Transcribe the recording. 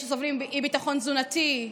אלה שסובלות מאי-ביטחון תזונתי,